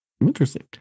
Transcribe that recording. Interesting